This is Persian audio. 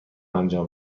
انجام